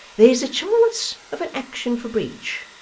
there's the chance of an action for breach,